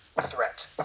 threat